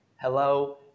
hello